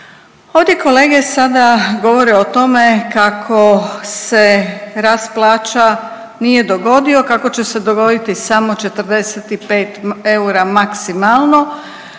Ovdje kolege sada govore o tome kako se rast plaća nije dogodio, kako će se dogoditi samo 45 eura maksimalno